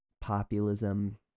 populism